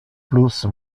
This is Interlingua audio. plus